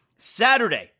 Saturday